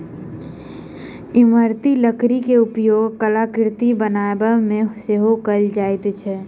इमारती लकड़ीक उपयोग कलाकृति बनाबयमे सेहो कयल जाइत अछि